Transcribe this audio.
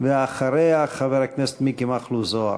אנחנו שולחים לו מפה הזדהות עם שביתתו ומבקשים לשחרר